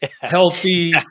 healthy